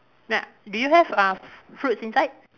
na~ do you have uh fruits inside